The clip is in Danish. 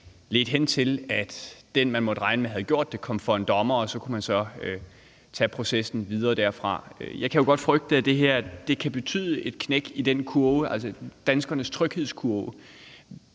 ledte hen til, at den, man havde regnet med havde gjort det, kom for en dommer, og så kunne man så tage processen videre derfra. Jeg kan godt frygte, at det her kan betyde et knæk i danskernes tryghedskurve.